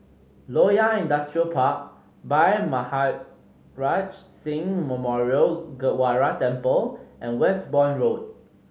Loyang Industrial Park Bhai Maharaj Singh Memorial Gurdwara Temple and Westbourne Road